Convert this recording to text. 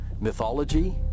mythology